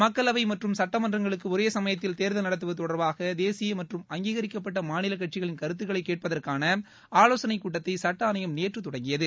மக்களவை மற்றம் சட்டமன்றங்களுக்கு ஒரேசமயத்தில் தேர்தல் நடத்துவது தொடர்பாக தேசிய மற்றம் அங்கீகரிக்கப்பட்ட மாநிலக் கட்சிகளின் கருத்துக்களை கேட்பதற்காள ஆவோசனைக் கூட்டத்தை சுட்ட ஆணையம் நேற்று தொடங்கியது